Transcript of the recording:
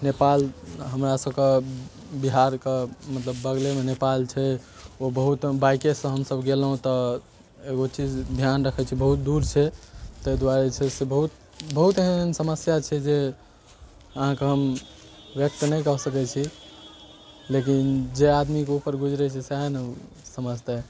नेपाल हमरा सबके बिहारके मतलब बगलेमे नेपाल छै ओतऽ बहुत बाइके सऽ हमसब गेलहुॅं मेंतऽ एगो चीज ध्यान रखै छी बहुत दूर छै ताहि दुआरे छै से बहुत बहुत एहन एहन समस्या छै जे अहाँके हम व्यक्त नहि कऽ सकै छी लेकिन जे आदमीके ऊपर गुजरै छै सएह ने समझतै